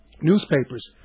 newspapers